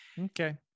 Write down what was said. Okay